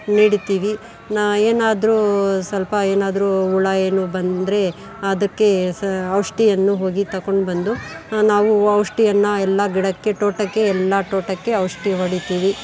ನೆಡುತ್ತೀವಿ ಏನಾದ್ರೂ ಸ್ವಲ್ಪ ಏನಾದ್ರೂ ಹುಳ ಏನು ಬಂದರೆ ಅದಕ್ಕೆ ಸ ಔಷಧಿಯನ್ನು ಹೋಗಿ ತಕೊಂಡು ಬಂದು ನಾವು ಔಷಧಿಯನ್ನ ಎಲ್ಲ ಗಿಡಕ್ಕೆ ತೋಟಕ್ಕೆ ಎಲ್ಲ ತೋಟಕ್ಕೆ ಔಷಧಿ ಹೊಡಿತೀವಿ